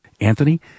Anthony